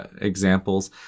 examples